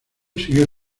siguió